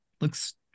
looks